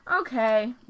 Okay